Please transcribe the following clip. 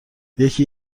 یکی